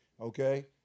okay